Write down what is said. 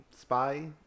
spy